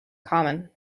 common